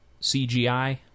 CGI